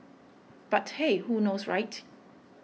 but hey who knows right